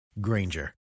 Granger